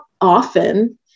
often